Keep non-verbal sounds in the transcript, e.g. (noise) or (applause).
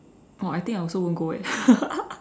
!wah! I think I also won't go eh (laughs)